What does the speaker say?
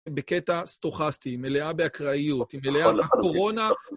בקטע סטוכסטי, מלאה באקראיות, מלאה, בקורונה...